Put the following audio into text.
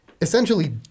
essentially